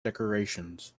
decorations